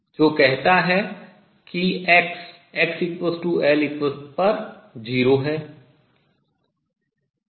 जो कहता है कि XxL0